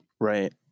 right